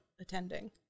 attending